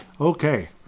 Okay